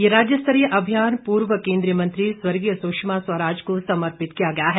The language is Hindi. ये राज्य स्तरीय अभियान पूर्व केंद्रीय मंत्री स्वर्गीय सुषमा स्वराज को समर्पित किया गया है